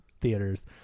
theaters